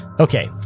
Okay